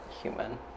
human